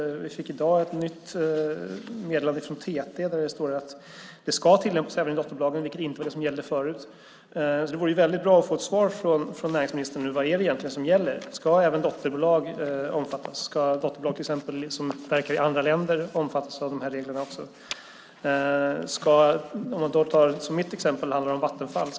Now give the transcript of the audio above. Vi fick i dag ett nytt meddelande från TT där det står att detta ska tillämpas även i dotterbolagen, vilket inte var det som gällde förut. Det vore väldigt bra att få ett svar från näringsministern om vad som egentligen gäller. Ska till exempel även dotterbolag som verkar i andra länder omfattas av dessa regler? Mitt exempel handlar om Vattenfall.